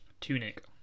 tunic